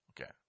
Okay